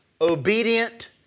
obedient